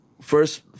first